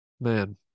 man